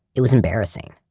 it was embarrassing.